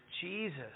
Jesus